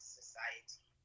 society